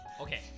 Okay